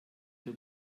der